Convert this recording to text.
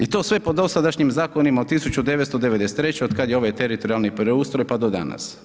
I to sve po dosadašnjim zakonima od 1993. od kada je ovaj teritorijalni preustroj, pa do danas.